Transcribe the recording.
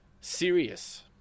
serious